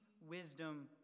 wisdom